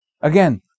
again